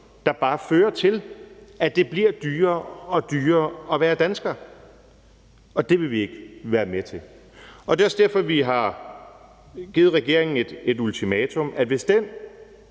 der fører til, at det bliver dyrere og dyrere at være dansker, og det vil vi ikke være med til. Kl. 13:40 Det er også derfor, at vi har givet regeringen et ultimatum, altså at hvis den